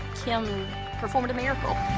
kim performed a miracle.